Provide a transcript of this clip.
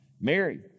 Mary